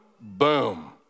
boom